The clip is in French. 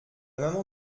maman